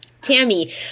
tammy